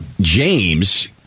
James